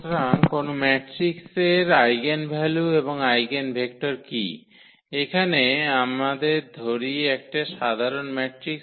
সুতরাং কোনও ম্যাট্রিক্সের আইগেনভ্যালু এবং আইগেনভেক্টর কী এখানে আমাদের ধরি একটি সাধারণ ম্যাট্রিক্স